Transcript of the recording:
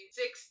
six